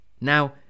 Now